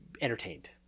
entertained